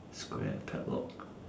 square padlock